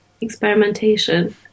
experimentation